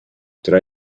tra